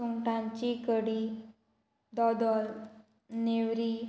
सुंगटांची कडी दोदोल नेवरी